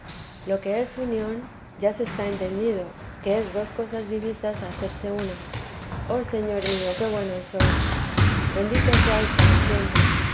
lo que es unión ya se está entendido que es dos cosas divisas hacerse una oh señor mío qué bueno sois bendito seáis para siempre